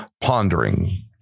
pondering